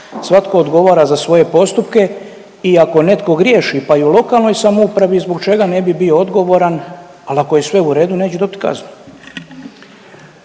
svatko odgovara za svoje postupke i ako netko griješi, pa i u lokalnoj samoupravi zbog čega ne bi bio odgovoran, al ako je sve u redu neće dobit kaznu.